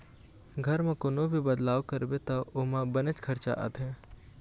घर म कोनो भी बदलाव करबे त ओमा बनेच खरचा आथे